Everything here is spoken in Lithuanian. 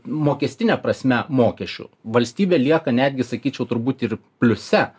mokestine prasme mokesčių valstybė lieka netgi sakyčiau turbūt ir pliuse